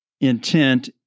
intent